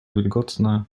wilgotne